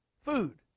Food